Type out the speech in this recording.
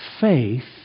faith